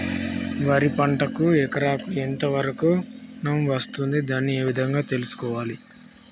వరి పంటకు ఎకరాకు ఎంత వరకు ఋణం వస్తుంది దాన్ని ఏ విధంగా తెలుసుకోవాలి?